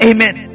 Amen